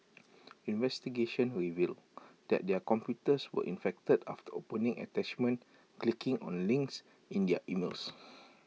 investigations revealed that their computers were infected after opening attachments clicking on links in their emails